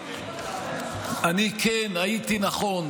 אני כן הייתי נכון,